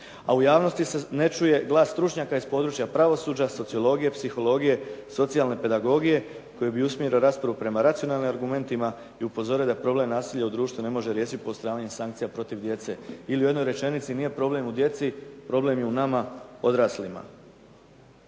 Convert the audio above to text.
A u javnosti se ne čuje glas stručnjaka iz područja pravosuđa, sociologije, psihologije, socijalne pedagogije koji bi usmjerio raspravu prema racionalnim argumentima i upozorio da problem nasilja u društvu ne može riješiti pooštravanjem sankcija protiv djece. Ili u jednoj rečenici nije problem u djeci, problem je u nama odraslima.